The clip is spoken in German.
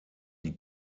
die